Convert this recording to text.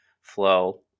flow